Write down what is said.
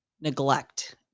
neglect